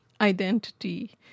identity